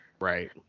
Right